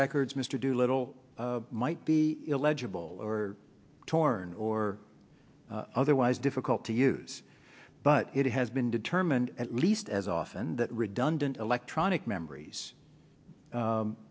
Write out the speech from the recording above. records mr do little might be illegible or torn or otherwise difficult to use but it has been determined at least as often that redundant electronic memories